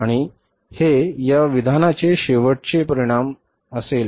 आणि हे या विधानाचे शेवटचे परिणाम असेल